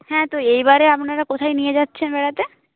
হ্যাঁ তো এইবারে আপনারা কোথায় নিয়ে যাচ্ছেন বেড়াতে